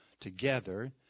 together